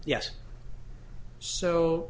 yes so